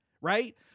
right